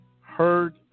heard